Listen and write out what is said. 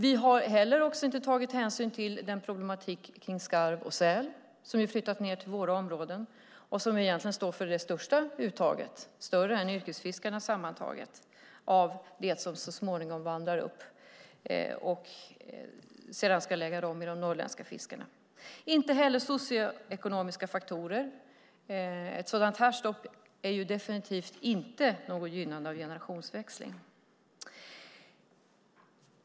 Vi har inte heller tagit hänsyn till problematiken kring skarv och säl, som flyttat ned till våra områden och som egentligen står för det största uttaget - större än yrkesfiskarnas - av det som så småningom vandrar upp och sedan ska lägga rom i de norrländska fiskarna. Det talas inte heller om socioekonomiska faktorer. Ett sådant här stopp är definitivt inte ett gynnande av generationsväxling.